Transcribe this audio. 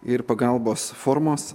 ir pagalbos formos